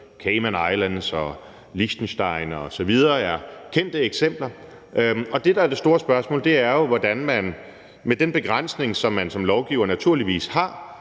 Cayman Islands og Liechtenstein osv. er kendte eksempler. Og det, der er det store spørgsmål, er jo, hvordan man med den begrænsning, som man som lovgiver naturligvis har,